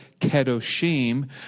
Kedoshim